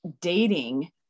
dating